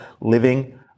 living